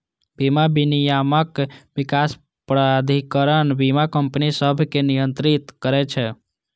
बीमा विनियामक विकास प्राधिकरण बीमा कंपनी सभकें नियंत्रित करै छै